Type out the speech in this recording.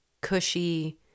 cushy